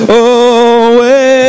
away